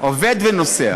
עובד ונוסע.